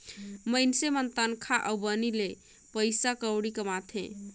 मइनसे मन तनखा अउ बनी ले पइसा कउड़ी कमाथें